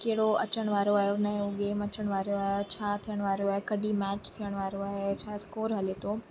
कहिड़ो अचनि वारो आयो नयो गेम अचनि वारो आयो छा अचनि वारो आए कॾहिं मैच थियण वारो आहे या छा स्कोर हले थो